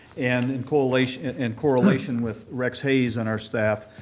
and in correlation and correlation with rex hays and our staff,